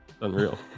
Unreal